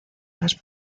las